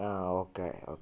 ആ okay okay okay